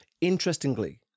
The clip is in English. Interestingly